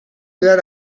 get